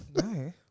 No